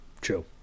True